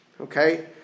Okay